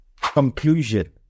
Conclusion